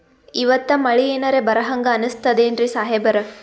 ಇವತ್ತ ಮಳಿ ಎನರೆ ಬರಹಂಗ ಅನಿಸ್ತದೆನ್ರಿ ಸಾಹೇಬರ?